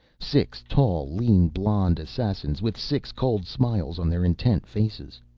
six tall, lean, blond assassins, with six cold smiles on their intent faces.